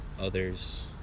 others